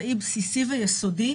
בסיסי ויסודי